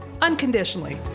unconditionally